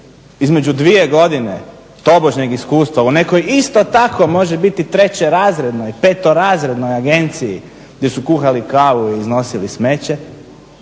između dvije godine tobožnjeg iskustva u nekoj isto tako može biti trećerazrednoj, petorazrednoj agenciji gdje su kuhali kavu i iznosili smeće